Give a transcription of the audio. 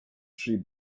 tree